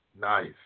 nice